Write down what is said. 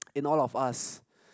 in all of us